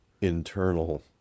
internal